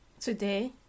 Today